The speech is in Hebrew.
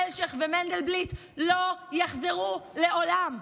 אלשיך ומנדלבליט לא יחזרו לעולם.